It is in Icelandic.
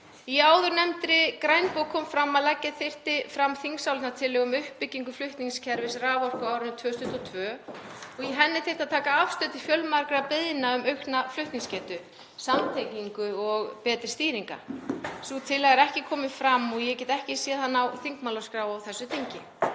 Í áðurnefndri grænbók kom fram að leggja þyrfti fram þingsályktunartillögu um uppbyggingu flutningskerfis raforku á árinu 2022 og í henni þyrfti að taka afstöðu til fjölmargra beiðna um aukna flutningsgetu, samtengingar og betri stýringar. Sú tillaga er ekki komin fram og ég get ekki séð hana á þingmálaskrá á þessu þingi.